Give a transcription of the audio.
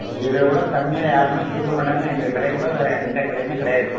இதை விட கம்மியாக வேறு யாருமே கொடுக்க மாட்டாங்கள் எங்கள் கடையை விட வேறு எந்த கடையுமே கிடையாது